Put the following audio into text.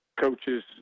coaches